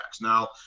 Now